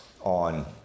on